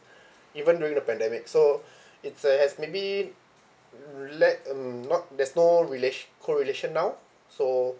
even during the pandemic so it's uh has maybe let um not there's no relat~ correlation now so